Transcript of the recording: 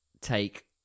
take